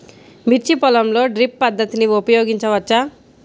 మిర్చి పొలంలో డ్రిప్ పద్ధతిని ఉపయోగించవచ్చా?